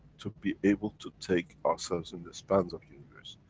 to be able, to take ourselves in the spans of universe.